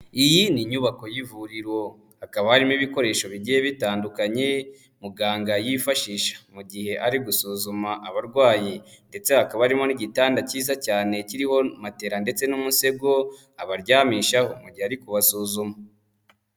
Iyi ni inyubako y'ivuriro, hakaba harimo ibikoresho bigiye bitandukanye muganga yifashisha mu gihe ari gusuzuma abarwayi, ndetse hakaba harimo n'igitanda cyiza cyane kiriho materara ndetse n'umusego abaryamishaho mu gihe ari kubasuzuma.